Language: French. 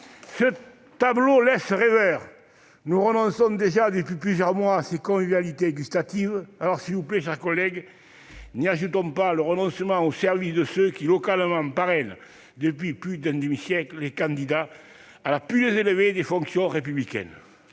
Ce tableau laisse rêveur. Nous renonçons déjà depuis plusieurs mois à ces convivialités gustatives. Alors, s'il vous plaît, mes chers collègues, n'y ajoutons pas le renoncement aux services de ceux qui parrainent localement, depuis plus d'un demi-siècle, les candidats à la plus élevée des fonctions républicaines.